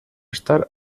estar